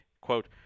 quote